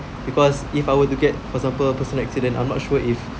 because if I were to get for example personal accident I'm not sure if